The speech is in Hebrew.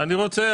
אני רוצה,